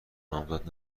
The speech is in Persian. نامزد